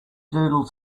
doodle